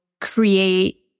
create